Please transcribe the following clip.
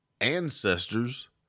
ancestors